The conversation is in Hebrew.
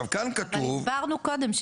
אבל הסברנו קודם,